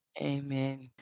Amen